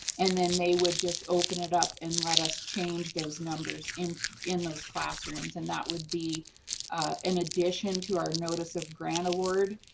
and then they would just open it up and let us change those numbers and in those classrooms. and that would be an addition to our notice of grant award.